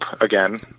again